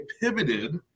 pivoted